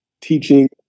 teaching